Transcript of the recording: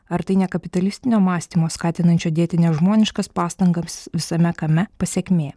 ar tai ne kapitalistinio mąstymo skatinančio dėti nežmoniškas pastangas visame kame pasekmė